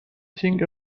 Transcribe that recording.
think